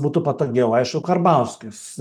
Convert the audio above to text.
būtų patogiau aišku karbauskis